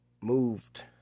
moved